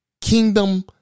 kingdom